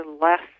less